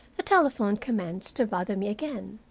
telephone commenced to bother me again.